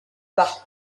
par